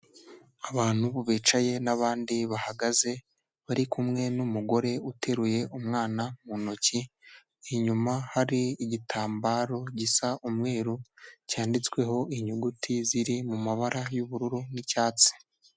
Abantu bicaye n'abandi bahagaze bari kumwe n'umugore uteruye umwana mu ntoki, inyuma hari igitambaro gisa umweru cyanditsweho inyuguti ziri mu mabara y'ubururu n'icyatsi.